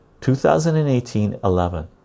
2018-11